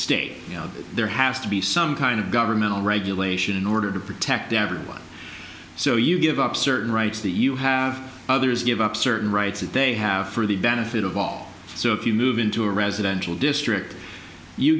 state you know there has to be some kind of governmental regulation in order to protect every one so you give up certain rights that you have others give up certain rights that they have for the benefit of all so if you move into a residential district you